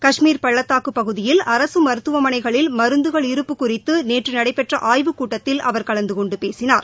காஷ்மீர் பள்ளத்தாக்கு பகுதியில் அரசு மருத்துவமனைகளில் மருந்துகள் இருப்பு குறித்து நேற்று நடைபெற்ற ஆய்வுக்கூட்டத்தில் அவர் கலந்து கொண்டு பேசினார்